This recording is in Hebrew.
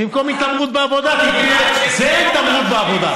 במקום התעמרות בעבודה, רק כסף, זה התעמרות בעבודה.